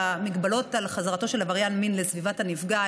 והמגבלות על חזרתו של עבריין מין לסביבת הנפגע,